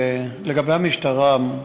לגבי המשטרה,